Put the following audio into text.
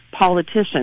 politician